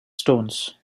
stones